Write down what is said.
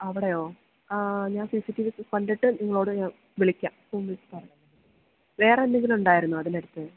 അവിടെയോ ഞാൻ C C T V കണ്ടിട്ട് നിങ്ങളോട് ഞാൻ വിളിക്കാം എന്നിട്ട് പറയാം വേറെ എന്തെങ്കിലും ഉണ്ടായിരുന്നോ അതിനടുത്ത്